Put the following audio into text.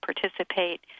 participate